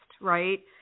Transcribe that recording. right